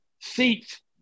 seats